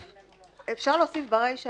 אפשר להוסיף ברישה